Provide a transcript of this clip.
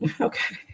Okay